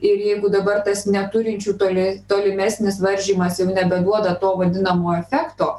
ir jeigu dabar tas neturinčių toli tolimesnis varžymas jau nebeduoda to vadinamo efekto